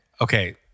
okay